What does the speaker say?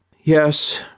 Yes